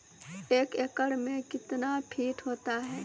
एक एकड मे कितना फीट होता हैं?